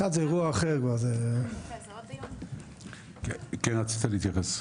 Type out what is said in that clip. כן רצית להתייחס?